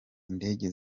indege